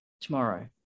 tomorrow